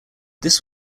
this